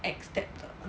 act step 的